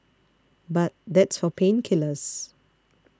but that's for pain killers